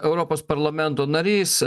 europos parlamento narys